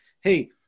hey